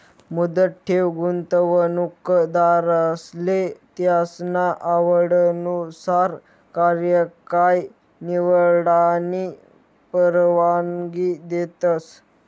मुदत ठेव गुंतवणूकदारसले त्यासना आवडनुसार कार्यकाय निवडानी परवानगी देतस